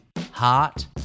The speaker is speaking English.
Heart